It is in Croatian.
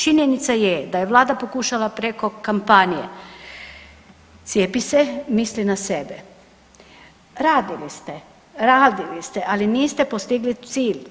Činjenica je da je Vlada pokušala preko kampanje „Cijepi se, misli na sebe“, radili ste, radili ste, ali niste postigli cilj.